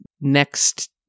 next